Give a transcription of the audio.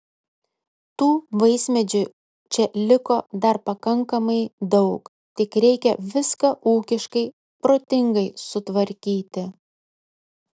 tų vaismedžių čia liko dar pakankamai daug tik reikia viską ūkiškai protingai sutvarkyti